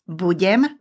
budem